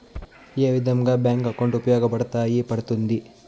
ఏ విధంగా bank account ఉపయోగపడతాయి పడ్తుంది